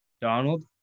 Donald